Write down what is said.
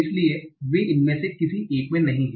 इसलिए वे इनमें से किसी एक में नहीं हैं